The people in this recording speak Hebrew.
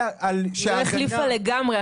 היא לא החליפה לגמרי.